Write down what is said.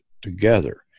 together